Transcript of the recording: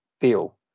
feel